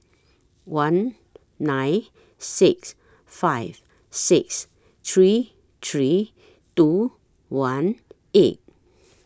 one nine six five six three three two one eight